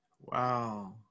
Wow